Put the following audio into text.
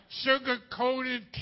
sugar-coated